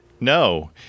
No